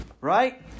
Right